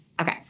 Okay